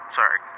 Sorry